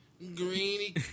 Greeny